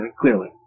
clearly